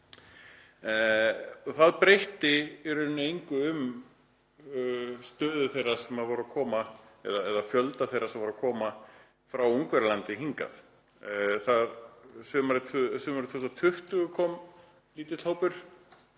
Það breytti í raun engu um stöðu þeirra sem voru að koma eða fjölda þeirra sem voru að koma frá Ungverjalandi hingað. Sumarið 2020 kom lítill hópur,